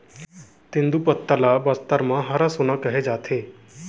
तेंदूपत्ता ल बस्तर म हरा सोना कहे जाथे